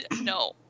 No